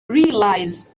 realize